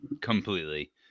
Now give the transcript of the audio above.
completely